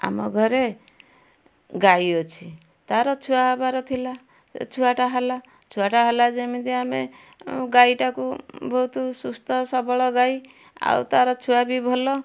ଆମ ଘରେ ଗାଈ ଅଛି ତା'ର ଛୁଆ ହେବାର ଥିଲା ସେ ଛୁଆଟା ହେଲା ଛୁଆଟା ହେଲା ଯେମିତି ଆମେ ଗାଈଟାକୁ ବହୁତ ସୁସ୍ଥ ସବଳ ଗାଈ ଆଉ ତା'ର ଛୁଆ ବି ଭଲ